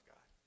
God